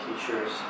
teachers